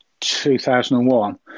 2001